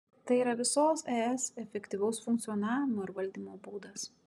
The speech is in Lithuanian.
tai yra visos es efektyvaus funkcionavimo ir valdymo būdas